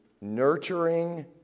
nurturing